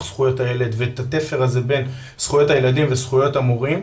זכויות הילד ואת התפר הזה בין זכויות הילדים וזכויות המורים,